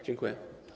Dziękuję.